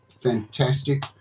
fantastic